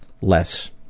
less